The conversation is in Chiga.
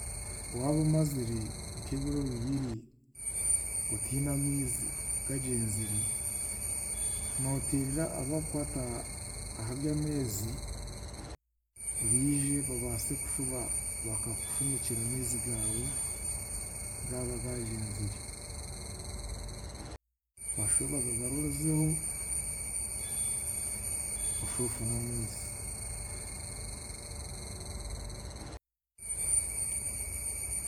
Waaba omazire nk'ebiro bibiri otaine amaizi, gagyenzire, nooteerera abakukwata ahaby'ameezi, baije babaase kushuba bakakushumikira amaizi gaawe gaaba gaagyenzire. Bashube bagagaruzeho, oshube ofune amaizi.